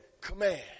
command